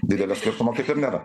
didelio skirtumo kaip ir nėra